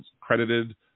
credited